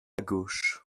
gauche